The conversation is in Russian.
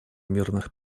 мирных